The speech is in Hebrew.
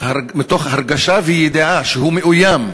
הרגשה וידיעה שהוא מאוים.